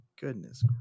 goodness